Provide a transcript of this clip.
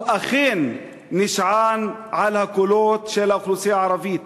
הוא אכן נשען על הקולות של האוכלוסייה הערבית.